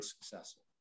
successful